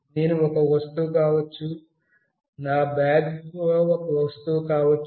నేను ఒక వస్తువు కావచ్చు నా బ్యాగ్ ఒక వస్తువు కావచ్చు